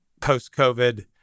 post-COVID